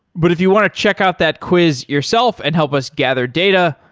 but if you want to check out that quiz yourself and help us gather data,